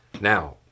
Now